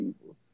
people